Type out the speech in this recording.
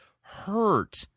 hurt